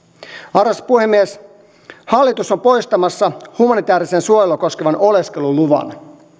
arvoisa puhemies hallitus on poistamassa humanitääristä suojelua koskevan oleskeluluvan